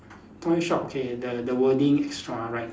toy shop okay the the wording extra right